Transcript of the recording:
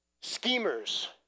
schemers